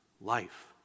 life